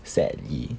sadly